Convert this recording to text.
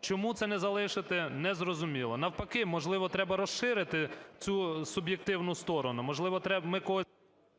Чому це не залишити? Не зрозуміло. Навпаки, можливо, треба розширити цю суб'єктивну сторону, можливо… ГОЛОВУЮЧИЙ.